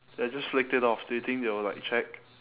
I just flicked it off do you think they will like check